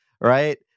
right